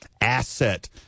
asset